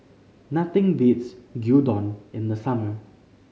nothing beats having Gyudon in the summer